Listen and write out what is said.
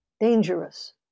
dangerous